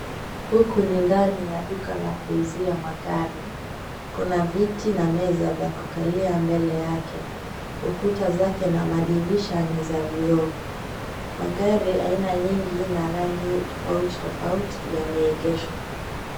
Huku ni ndani ya duka la kuuzia magari. Kuna viti na meza vya kukalia mbele yake. Ukuta zake na madirisha ni za vioo. Magari aina nyingi na rangi tofauti tofauti yameegeshwa.